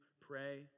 pray